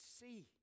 see